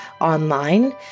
online